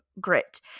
grit